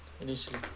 initially